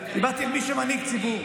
דיברתי אל מי שמנהיג ציבור.